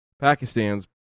Pakistan's